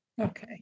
Okay